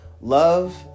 Love